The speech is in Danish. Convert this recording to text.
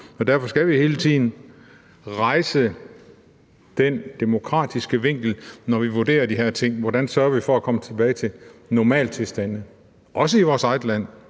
derfor skal vi hele tiden rejse den demokratiske vinkel, når vi vurderer de her ting: Hvordan sørger vi for at komme tilbage til normaltilstanden, også i vores eget land?